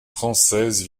française